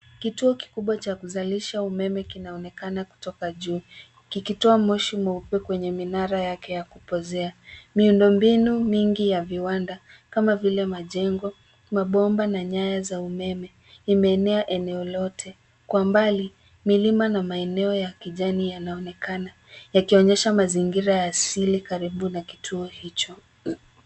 Kituo kikubwa cha kuzalisha umeme kinaonekana kutoka juu kikitoa moshi mweupe kwenye minara yake yakupozea. Miundombinu mingi ya viwanda kama vile majengo, mabomba, na nyaya za umeme imeenea eneo lote. Kwa mbali milima na maeneo ya kijani yanaonekana yakionyesha mazingira ya asili karibu na kituo hicho.